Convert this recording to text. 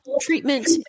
treatment